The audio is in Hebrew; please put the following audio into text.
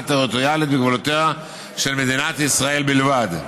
טריטוריאלית בגבולותיה של מדינת ישראל בלבד.